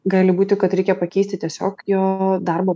gali būti kad reikia pakeisti tiesiog jo darbo